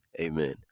Amen